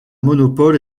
monopole